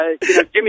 Jimmy